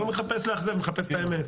לא מחפש לאכזב, מחפש את האמת.